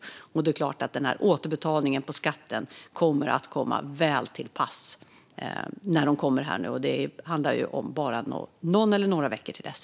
Då är det klart att den här återbetalningen på skatten kommer att komma väl till pass när den kommer. Det handlar om bara någon eller några veckor till dess.